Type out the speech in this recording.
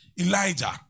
Elijah